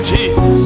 Jesus